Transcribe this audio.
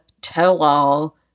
tell-all